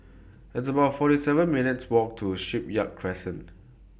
It's about forty seven minutes' Walk to Shipyard Crescent